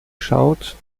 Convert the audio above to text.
schaut